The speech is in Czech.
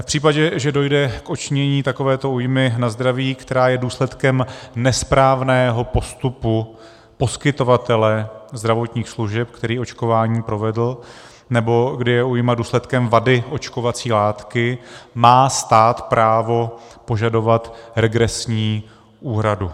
V případě, že dojde k odčinění takovéto újmy na zdraví, která je důsledkem nesprávného postupu poskytovatele zdravotních služeb, který očkování provedl, nebo kdy je újma důsledkem vady očkovací látky, má stát právo požadovat regresní úhradu.